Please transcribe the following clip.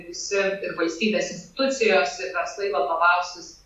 visi ir valstybės institucijos ir verslai vadovausis